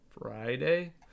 friday